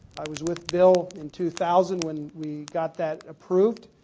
i was with bill in two thousand when we got that ah proof.